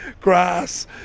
grass